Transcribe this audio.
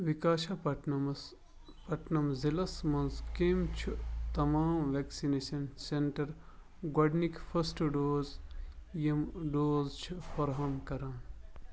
وِکاشاپٹنَمَس پٹنَم ضِلعس مَنٛز کٔمۍ چھُ تمام وٮ۪کسِنیشَن سٮ۪نٛٹَر گۄڈٕنِکۍ فٔسٹ ڈوز یِم ڈوز چھِ فراہَم کران